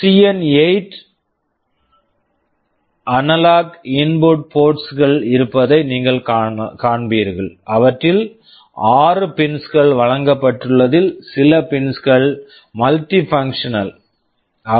CN8 CN8 ல் analog input ports analog input ports கள் இருப்பதை நீங்கள் காண்பீர்கள் அவற்றில் ஆறு பின்ஸ் pins கள் வழங்கப்பட்டுள்ளதில் சில பின்ஸ் pins கள் மல்டிஃபங்க்ஸ்னல் multifunctional